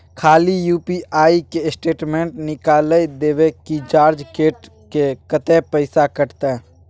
खाली यु.पी.आई के स्टेटमेंट निकाइल देबे की चार्ज कैट के, कत्ते पैसा कटते?